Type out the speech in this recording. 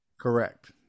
Correct